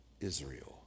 Israel